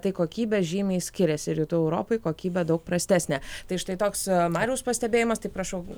tai kokybė žymiai skiriasi rytų europoj kokybė daug prastesnė tai štai toks mariaus pastebėjimas tai prašau